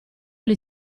gli